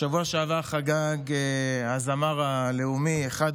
בשבוע שעבר חגג הזמר הלאומי יהורם גאון,